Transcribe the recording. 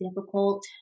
difficult